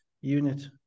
unit